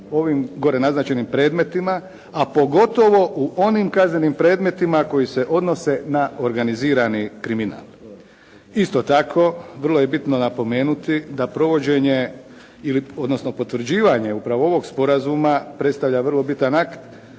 ovim gore naznačenim predmetima, a pogotovo u onim kaznenim predmetima koji se odnose na organizirani kriminal. Isto tako vrlo je bitno napomenuti da provođenje ili odnosno potvrđivanje upravo ovog sporazuma predstavlja vrlo bitan akt,